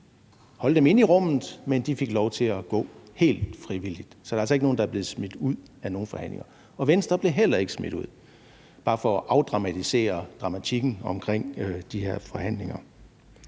holde dem inde i rummet, men de fik lov til at gå helt frivilligt. Der er altså ikke nogen, der er blevet smidt ud af nogen forhandlinger. Og Venstre blev heller ikke smidt ud, bare for at afdramatisere de her forhandlinger.